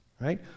right